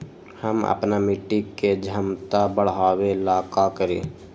हम अपना मिट्टी के झमता बढ़ाबे ला का करी?